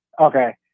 Okay